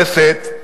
הכנסת,